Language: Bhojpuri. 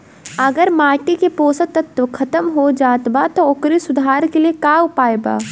अगर माटी के पोषक तत्व खत्म हो जात बा त ओकरे सुधार के लिए का उपाय बा?